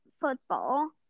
football